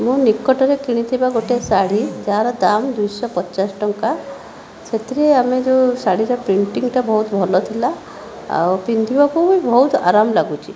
ମୁଁ ନିକଟରେ କିଣିଥିବା ଗୋଟିଏ ଶାଢ଼ୀ ଯାହାର ଦାମ୍ ଦୁଇଶହ ପଚାଶ ଟଙ୍କା ସେଥିରେ ଆମେ ଯେଉଁ ଶାଢ଼ୀର ପ୍ରିଣ୍ଟିଂଟା ବହୁତ ଭଲ ଥିଲା ଆଉ ପିନ୍ଧିବାକୁ ବି ବହୁତ ଆରାମ ଲାଗୁଛି